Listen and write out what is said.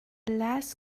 last